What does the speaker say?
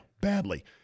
badly